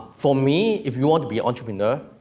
for me, if you want to be entrepreneur,